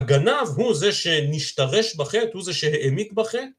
הגנב הוא זה שנשתרש בחטא, הוא זה שהעמיק בחטא,